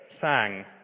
sang